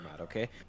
okay